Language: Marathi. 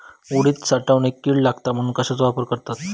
उडीद साठवणीत कीड लागात म्हणून कश्याचो वापर करतत?